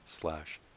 slash